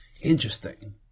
Interesting